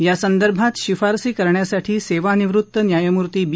यासंदर्भात शिफारशी करण्यासाठी सेवानिवृत्ती न्यायमुर्ती बी